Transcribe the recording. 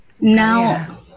Now